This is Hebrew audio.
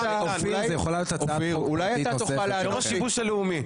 יום השיבוש הלאומי.